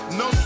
no